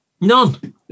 None